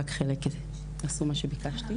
ורק חלק עשו מה שביקשתי.